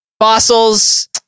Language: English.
fossils